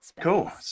cool